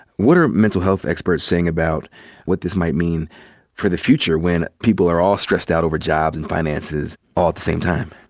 what are mental health experts saying about what this might mean for the future when people are all stressed out over jobs and finances all at the same time?